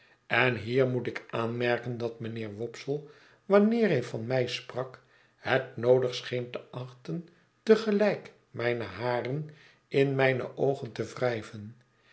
en hier moet ik aanmerken dat mijnheer wopsle wanneer hij van mij sprak het noodig scheen te achten te gelijk mijne haren in mijne oogen te wrijven